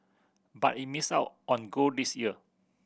but it missed out on gold this year